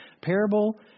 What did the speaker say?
parable